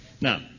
Now